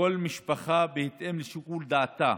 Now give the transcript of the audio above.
כל משפחה בהתאם לשיקול דעתה.